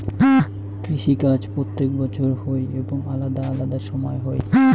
কৃষি কাজ প্রত্যেক বছর হই এবং আলাদা আলাদা সময় হই